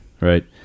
right